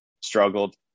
struggled